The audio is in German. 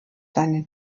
seine